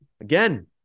again